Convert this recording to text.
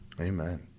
Amen